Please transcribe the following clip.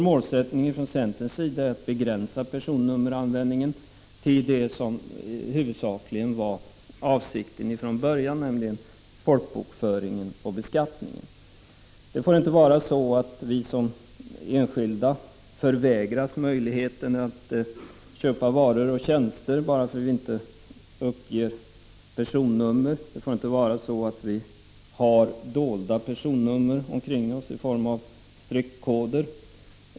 Målsättningen från centerns sida är att begränsa personnummeranvändningen till det som huvudsakligen var avsikten från början, nämligen folkbokföringen och beskattningen. Det får inte vara så att vi som enskilda förvägras möjlighet att köpa varor och tjänster bara för att vi inte uppger personnummer. Det får inte vara så att vi har dolda personnummer omkring oss i form av streck-koder.